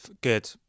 good